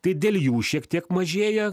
tai dėl jų šiek tiek mažėja